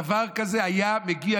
שדבר כזה היה מגיע,